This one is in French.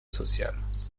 sociales